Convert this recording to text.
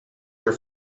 your